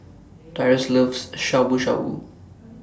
Tyrus loves Shabu Shabu